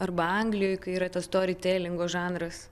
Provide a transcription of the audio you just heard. arba anglijoj yra tas storytellingo žanras